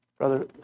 Brother